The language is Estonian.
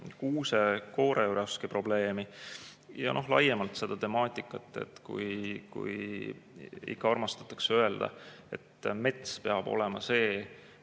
kuuse-kooreüraski probleemi ja laiemalt seda temaatikat. Kui ikka armastatakse öelda, et mets peab olema see,